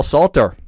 Salter